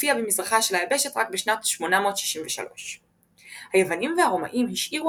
הופיע במזרחה של היבשת רק בשנת 863. היוונים והרומאים השאירו